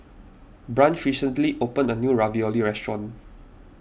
Branch recently opened a new Ravioli restaurant